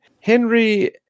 Henry